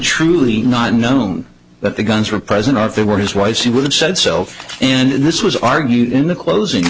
truly not known that the guns were present or if they were his wife she would have said self and this was argued in the closing